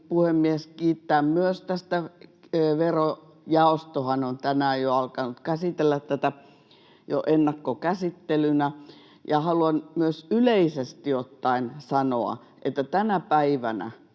puhemies, kiittää tästä. Verojaostohan on tänään jo alkanut käsitellä tätä ennakkokäsittelynä. Haluan myös yleisesti ottaen sanoa, että tänä päivänä,